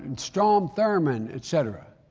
and strom thurman, etcetera.